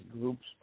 groups